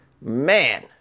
Man